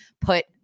put